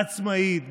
עצמאית,